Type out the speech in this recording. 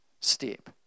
step